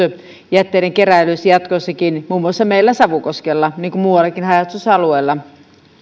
jätteiden keräilyssä jatkossakin muun muassa meillä savukoskella niin kuin muuallakin haja asutusalueella